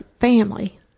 family